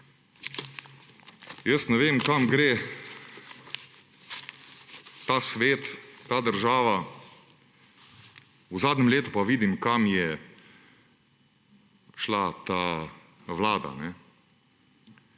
Jaz ne vem, kam gre ta svet, ta država, v zadnjem letu pa vidim, kam je šla ta vlada.